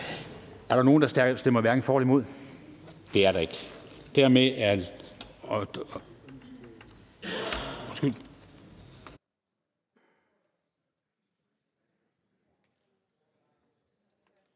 Er der nogen, der stemmer hverken for eller imod? Det er der ikke.